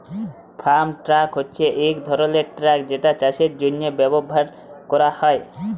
farm truck হছে ইক ধরলের ট্রাক যেটা চাষের জ্যনহে ব্যাভার ক্যরা হ্যয়